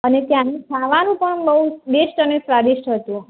અને ત્યાંનું ખાવાનું પણ બહું બેસ્ટ અને સ્વાદિષ્ટ હતું